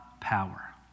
power